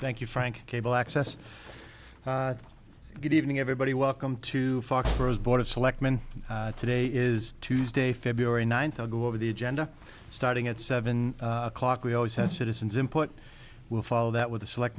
thank you frank cable access good evening everybody welcome to fox bros board of selectmen today is tuesday february ninth i'll go over the agenda starting at seven o'clock we always had citizens input will follow that with the select